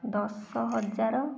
ଦଶ ହଜାର